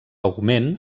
augment